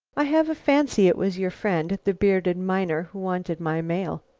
i have a fancy it was your friend, the bearded miner who wanted my mail.